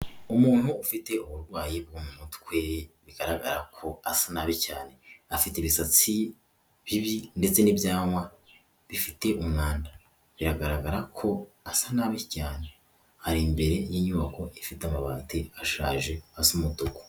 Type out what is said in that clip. Umuntu ufite uburwayi mu mutwe bigaragara ko asa nabi cyane, afite ibisatsi bibi ndetse n'ibyanwa bifite umwanda, biragaragara ko asa nabi cyane, ari imbere y'inyubako ifite amabati ashaje asa umutuku.